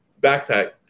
Backpack